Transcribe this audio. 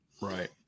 Right